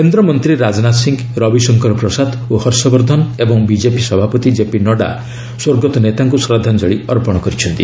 କେନ୍ଦ୍ରମନ୍ତ୍ରୀ ରାଜନାଥ ସିଂହ ରବିଶଙ୍କର ପ୍ରସାଦ ଓ ହର୍ଷବର୍ଦ୍ଧନ ଏବଂ ବିଜେପି ସଭାପତି କେପି ନଡ୍ରା ସ୍ୱର୍ଗତ ନେତାଙ୍କୁ ଶ୍ରଦ୍ଧାଞ୍ଜଳି ଅର୍ପଣ କରିଛନ୍ତି